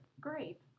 Great